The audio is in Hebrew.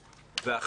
ב-זום.